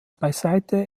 beiseite